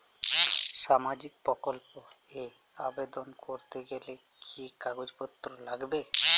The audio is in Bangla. সামাজিক প্রকল্প এ আবেদন করতে গেলে কি কাগজ পত্র লাগবে?